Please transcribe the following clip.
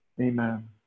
Amen